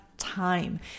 time